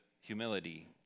humility